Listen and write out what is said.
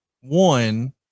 One